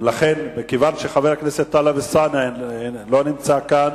מכיוון שחבר הכנסת טלב אלסאנע לא נמצא כאן,